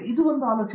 ಆದ್ದರಿಂದ ಅದು ಆಲೋಚನೆ